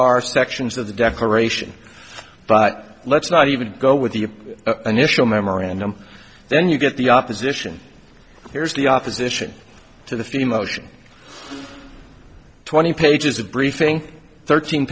are sections of the declaration but let's not even go with the initial memorandum then you get the opposition here's the opposition to the female version twenty pages of briefing thirteen